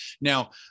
now